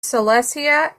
silesia